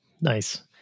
Nice